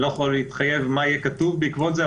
אני לא יכול להתחייב מה יהיה כתוב בעקבות זה,